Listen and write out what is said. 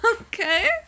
Okay